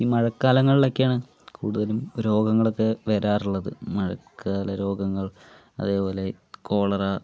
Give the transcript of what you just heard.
ഈ മഴക്കാലങ്ങളിലൊക്കെയാണ് കൂടുതലും രോഗങ്ങളൊക്കെ വരാറുള്ളത് മഴക്കാലരോഗങ്ങൾ അതേപോലെ കോളറ